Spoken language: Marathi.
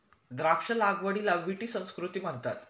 द्राक्ष लागवडीला विटी संस्कृती म्हणतात